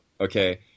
okay